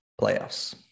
playoffs